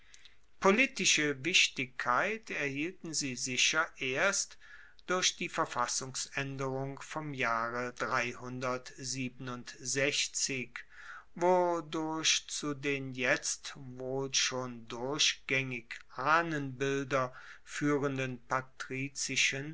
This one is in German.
politische wichtigkeit erhielten sie sicher erst durch die verfassungsaenderung vom jahre wo durch zu den jetzt wohl schon durchgaengig ahnenbilder fuehrenden